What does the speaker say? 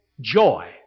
joy